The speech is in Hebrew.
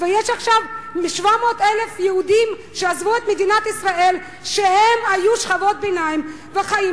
ויש עכשיו 700,000 יהודים שהיו שכבות ביניים ועזבו את מדינת ישראל,